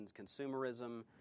consumerism